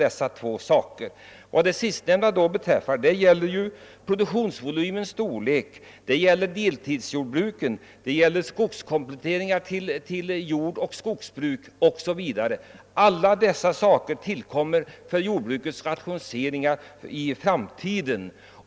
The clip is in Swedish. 1967 års jordbruksbeslut gäller produktionsvolymens storlek, deltidsjordbruken, skogskompletteringar till jordoch skogsbruk 0. s. v., således jordbrukets rationalisering i framtiden.